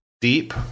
deep